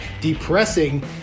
depressing